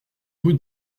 rue